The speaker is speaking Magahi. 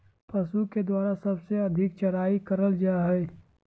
पशु के द्वारा सबसे अधिक चराई करल जा हई